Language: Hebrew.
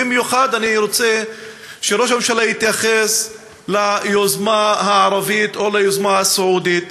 במיוחד אני רוצה שראש הממשלה יתייחס ליוזמה הערבית או ליוזמה הסעודית.